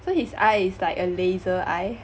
so his eye is like a laser eye